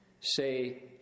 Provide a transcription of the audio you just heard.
say